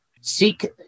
seek